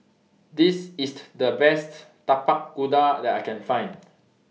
This IS The Best Tapak Kuda that I Can Find